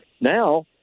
Now